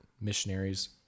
missionaries